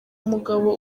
mugabo